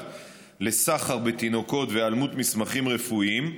לסחר בתינוקות והיעלמות מסמכים רפואיים,